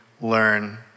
learn